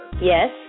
Yes